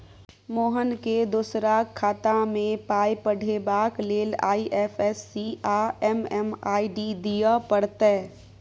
मोहनकेँ दोसराक खातामे पाय पठेबाक लेल आई.एफ.एस.सी आ एम.एम.आई.डी दिअ पड़तै